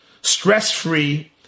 stress-free